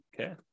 Okay